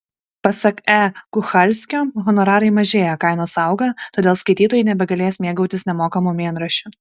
pasak e kuchalskio honorarai mažėja kainos auga todėl skaitytojai nebegalės mėgautis nemokamu mėnraščiu